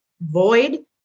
void